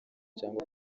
cyangwa